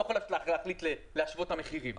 לא יכולים להחליט להשוות את המחירים.